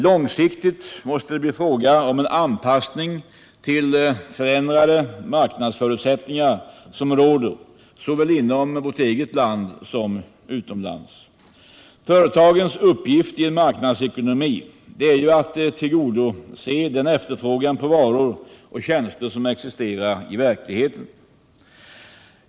Långsiktigt måste det bli fråga om en anpassning till de förändrade marknadsförutsättningar som råder såväl inom vårt eget land som utomlands. Företagens uppgift i en marknadsekonomi är att tillgodose den efterfrågan på varor och tjänster som existerar i verkligheten.